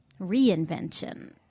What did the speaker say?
reinvention